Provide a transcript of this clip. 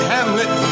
Hamlet